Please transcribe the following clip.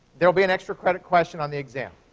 there will be an extra-credit question on the exam.